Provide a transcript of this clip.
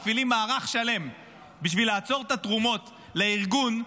מפעילים מערך שלם בשביל לעצור את התרומות לארגון.